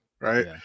right